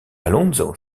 alonso